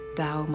thou